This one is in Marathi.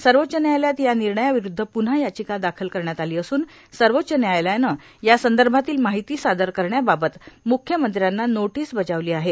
सर्वोच्च न्यायालयात या निर्णया विरूद्व पून्हा याचिका दाखल करण्यात आली असून सर्वोच्च न्यायालयाने या संदर्भातील माहिती सादर करण्याबाबत म्ख्यमंत्र्यांना नोटीस बजावली आहे